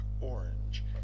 orange